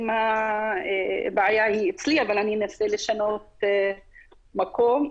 אנסה לשנות מקום,